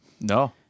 No